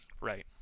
right